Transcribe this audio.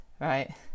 right